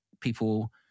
people